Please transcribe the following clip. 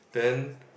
then